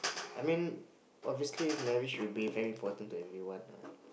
I mean obviously marriage should be important to everyone lah